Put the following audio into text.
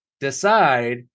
decide